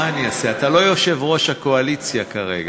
מה אני אעשה, אתה לא יושב-ראש הקואליציה כרגע.